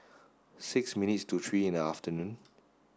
six minutes to three in the afternoon